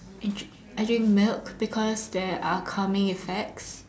I drink I drink milk because there are calming effects